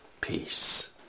peace